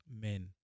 men